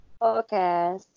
Okay